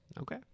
Okay